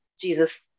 Jesus